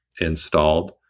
installed